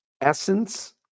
essence